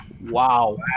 Wow